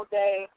day